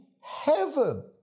heaven